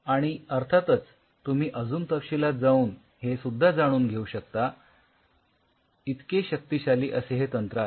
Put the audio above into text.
आणि अर्थातच तुम्ही अजून तपशिलात जाऊन हे सुद्धा जाणून घेऊ शकता इतके शक्तिशाली असे हे तंत्र आहे